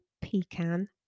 pecan